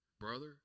Brother